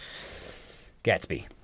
Gatsby